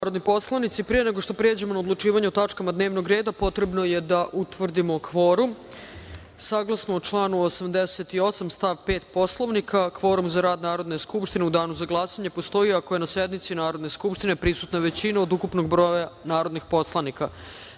narodni poslanici, pre nego što pređemo na odlučivanje o tačkama dnevnog reda, potrebno je da utvrdimo kvorum. Saglasno članu 88. stav 5. Poslovnika, kvorum za rad Narodne skupštine u danu za glasanje postoji ako je na sednici Narodne skupštine prisutna većina od ukupnog broja narodnih poslanika. Molim